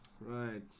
right